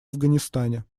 афганистане